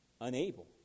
unable